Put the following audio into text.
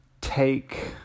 take